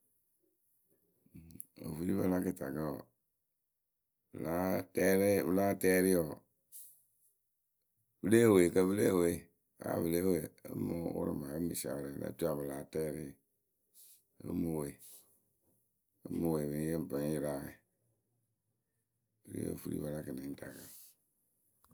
Ofuripǝ la kɨtakǝ wɔɔ la atɛɛrɩ pɨ láa tɛɛrɩ wɔɔ pɨle eweekǝ pɨ lée we vǝ́ ya pɨ lée wee ǝ pɨ mɨ wʊrʊ mɨ awɛ pɨ ŋ mɨ sie awɛ oturu ya pɨ láa tɛɛrɩ. pɨ ŋ mɨ wee pɨ ŋ mɨ we bɨ ŋ yɩrɩ awɛ wɨ ri ofuripǝ la kɨnɛŋtakǝ.